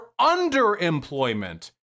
underemployment